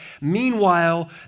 Meanwhile